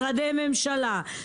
משרדי ממשלה,